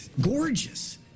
Gorgeous